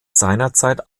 seinerzeit